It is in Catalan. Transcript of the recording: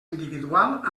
individual